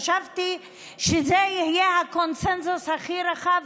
חשבתי שזה יהיה הקונסנזוס הכי רחב,